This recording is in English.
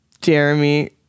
Jeremy